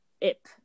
ip